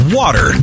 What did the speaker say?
water